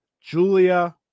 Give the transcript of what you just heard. Julia